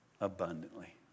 abundantly